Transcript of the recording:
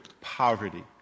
poverty